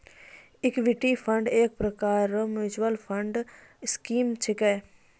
equity fund एक प्रकार रो मिच्युअल फंड स्कीम छिकै